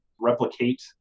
replicate